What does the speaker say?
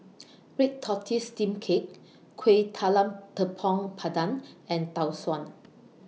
Red Tortoise Steamed Cake Kueh Talam Tepong Pandan and Tau Suan